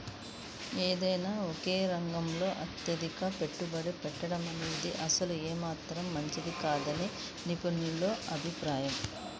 ఏదైనా ఒకే రంగంలో అతిగా పెట్టుబడి పెట్టడమనేది అసలు ఏమాత్రం మంచిది కాదని నిపుణుల అభిప్రాయం